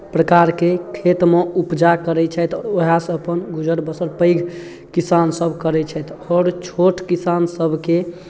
प्रकारके खेतमे उपजा करै छथि उएहसँ अपन गुजर बसर पैघ किसानसभ करैत छथि आओर छोट किसानसभके